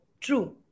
True